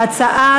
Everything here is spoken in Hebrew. ההצעה,